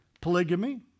polygamy